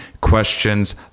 questions